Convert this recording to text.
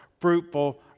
fruitful